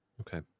okay